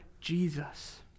Jesus